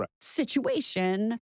situation